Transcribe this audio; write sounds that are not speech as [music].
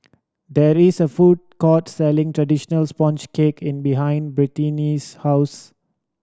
there is a food court selling traditional sponge cake [unintelligible] behind Brittani's house